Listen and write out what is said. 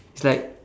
it's like